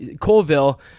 Colville